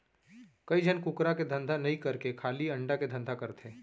कइ झन कुकरा के धंधा नई करके खाली अंडा के धंधा करथे